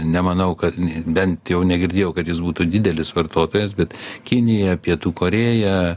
nemanau kad bent jau negirdėjau kad jis būtų didelis vartotojas bet kinija pietų korėja